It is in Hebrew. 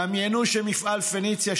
דמיינו שמפעל פניציה,